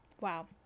wow